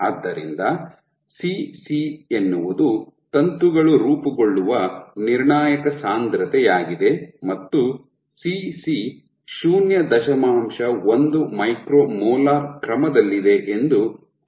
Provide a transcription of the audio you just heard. ಆದ್ದರಿಂದ ಸಿಸಿ ಎನ್ನುವುದು ತಂತುಗಳು ರೂಪುಗೊಳ್ಳುವ ನಿರ್ಣಾಯಕ ಸಾಂದ್ರತೆಯಾಗಿದೆ ಮತ್ತು ಸಿಸಿ ಶೂನ್ಯ ದಶಮಾಂಶ ಒಂದು ಮೈಕ್ರೊ ಮೋಲಾರ್ ಕ್ರಮದಲ್ಲಿದೆ ಎಂದು ಅಂದಾಜಿಸಲಾಗಿದೆ